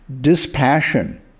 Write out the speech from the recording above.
dispassion